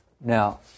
Now